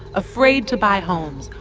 afraid to buy homes,